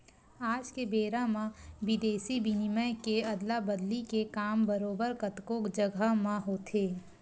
आज के बेरा म बिदेसी बिनिमय के अदला बदली के काम बरोबर कतको जघा म होथे